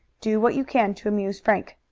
do what you can to amuse frank.